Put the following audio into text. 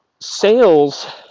sales